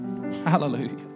Hallelujah